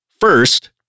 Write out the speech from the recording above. first